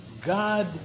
God